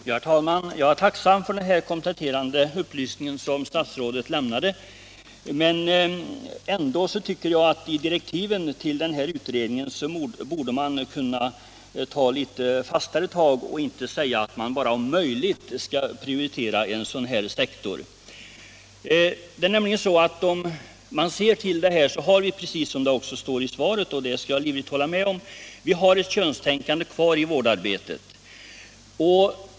Herr talman! Jag är tacksam för den kompletterande upplysning som statsrådet lämnade, men ändå tycker jag att man i direktiven till utredningen borde kunna ta litet fastare tag och inte bara säga att vårdsektorn om möjligt skall prioriteras. Jag instämmer livligt i statsrådets uttalande i svaret på min fråga att det fortfarande kvarstår ett könstänkande inom vårdarbetet.